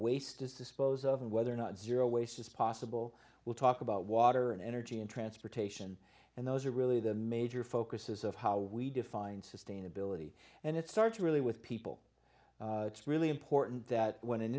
waste is dispose of and whether or not zero waste is possible we'll talk about water and energy and transportation and those are really the major focuses of how we define sustainability and it starts really with people really important that when an